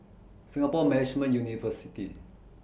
Singapore Management University